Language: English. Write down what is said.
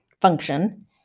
function